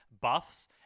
buffs